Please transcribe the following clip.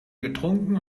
getrunken